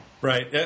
Right